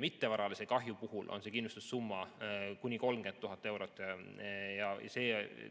Mittevaralise kahju puhul on see kindlustussumma kuni 30 000 eurot. Ja